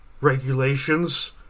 regulations